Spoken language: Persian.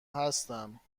هستم